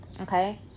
Okay